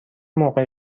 موقع